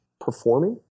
performing